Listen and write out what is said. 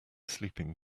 sleeping